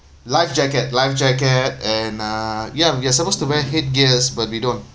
life jacket life jacket and uh ya we are supposed to wear head gears but we don't